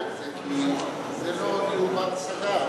כי זה לא דיור בר-השגה,